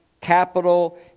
capital